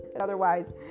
otherwise